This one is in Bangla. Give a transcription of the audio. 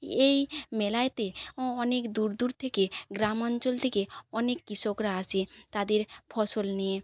এই মেলাতে অনেক দূর দূর থেকে গ্রাম অঞ্চল থেকে অনেক কৃষকরা আসে তাদের ফসল নিয়ে